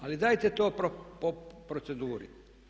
Ali dajte to po proceduri.